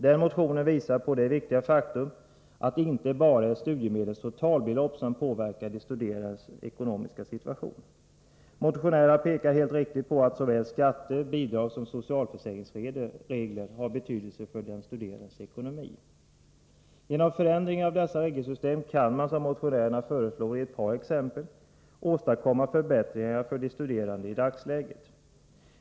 Den motionen visar på det viktiga faktum att det inte bara är studiemedlens totalbelopp som påverkar de studerandes ekonomiska situation. Motionärerna pekar helt riktigt på att såväl skatte-, bidragssom socialförsäkringsregler har betydelse för den studerandes ekonomi. Genom förändringar av dessa regelsystem kan man, som motionärerna föreslår i ett par exempel, åstadkomma förbättringar för de studerande i dagsläget.